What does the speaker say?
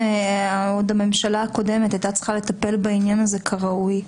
שעוד הממשלה הקודמת הייתה צריכה לטפל בעניין הזה כראוי.